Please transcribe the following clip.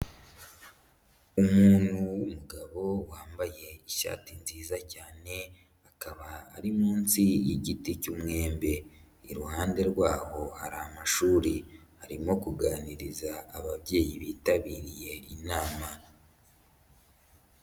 Umuntu w'umugabo wambaye ishati nziza cyane, akaba ari munsi y'igiti cy'umwembe. Iruhande rwaho hari amashuri. Arimo kuganiriza ababyeyi bitabiriye inama.